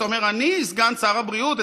אתה אומר: אני סגן שר הבריאות,